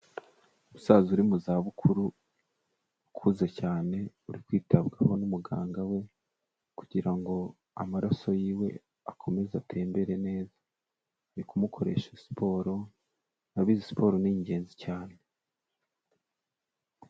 Umusaza uri mu za bukuru, ukuze cyane, uri kwitabwaho n'umuganga we, kugira ngo amaraso yiwe akomeze atembere neza. Ari kumukoresha siporo; murabizi siporo ni ingenzi cyane.